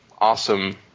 awesome